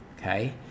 okay